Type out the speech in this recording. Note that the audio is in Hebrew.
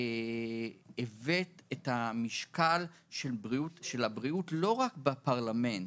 הבאת את המשקל של הבריאות לא רק בפרלמנט,